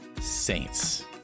saints